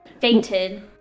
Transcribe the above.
fainted